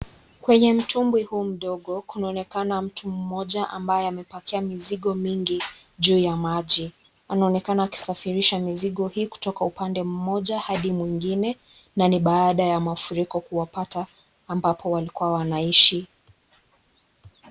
Kwenye mtumbwi huu mdogo kunaonekana mtu mmoja ambaye amepakia mizigo mingi juu ya maji. Anaonekana akisafirisha mizigo hii kutoka upande mmoja hadi mwingine. na ni baada ya mafuriko kuwapata. Ambako walikua wanaishi.